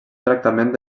tractament